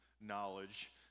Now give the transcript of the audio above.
knowledge